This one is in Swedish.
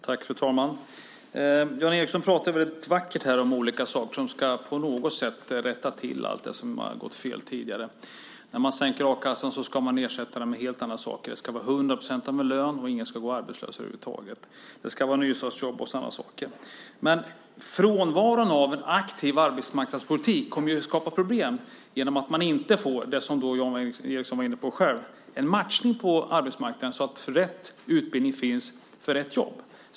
Fru talman! Jan Ericson talar vackert om olika saker som på något sätt ska rätta till allt det som tidigare gått fel. När man sänker a-kassan ska man ersätta den med helt andra saker. Det ska vara hundra procent av en lön och ingen ska gå arbetslös över huvud taget. Det ska vara nystartsjobb och annat. Frånvaron av en aktiv arbetsmarknadspolitik kommer att skapa problem eftersom vi inte får det som Jan Ericson själv var inne på, nämligen en matchning på arbetsmarknaden så att det finns rätt utbildning för rätt jobb.